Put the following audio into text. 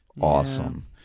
Awesome